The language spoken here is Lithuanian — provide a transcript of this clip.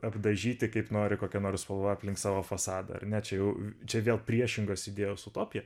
apdažyti kaip nori kokia nors spalva aplink savo fasadą ar ne čia jau čia vėl priešingos idėjos utopija